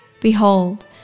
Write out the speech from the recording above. Behold